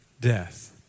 death